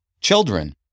Children